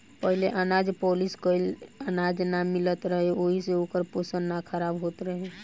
पहिले अनाज पॉलिश कइल अनाज ना मिलत रहे ओहि से ओकर पोषण ना खराब होत रहे